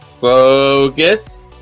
Focus